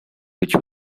which